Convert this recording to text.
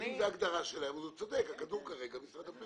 אם זאת ההגדרה הוא צודק, הכדור כרגע במשרד הפנים.